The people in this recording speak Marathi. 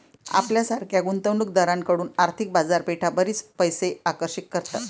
आपल्यासारख्या गुंतवणूक दारांकडून आर्थिक बाजारपेठा बरीच पैसे आकर्षित करतात